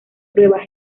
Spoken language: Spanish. pruebas